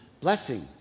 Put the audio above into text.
Blessing